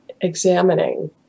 examining